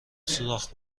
سوراخ